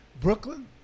Brooklyn